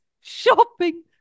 shopping